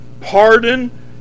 pardon